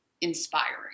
inspiring